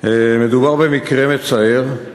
מדובר במקרה מצער,